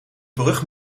brug